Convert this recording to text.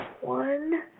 One